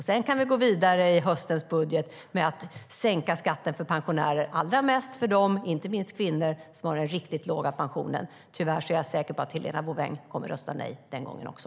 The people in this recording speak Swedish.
Sedan kan vi gå vidare i höstens budget med att sänka skatten för pensionärer, allra mest för de, inte minst kvinnor, som har riktigt låga pensioner. Tyvärr är jag säker på att Helena Bouveng kommer att rösta nej den gången också.